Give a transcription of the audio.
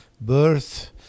birth